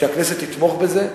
שהכנסת תתמוך בזה.